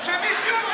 שמישהו,